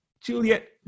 Juliet